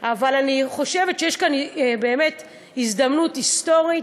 אבל אני חושבת שיש כאן הזדמנות היסטורית